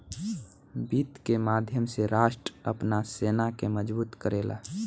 वित्त के माध्यम से राष्ट्र आपन सेना के मजबूत करेला